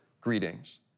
greetings